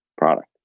product